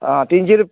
आं तिनशी रूप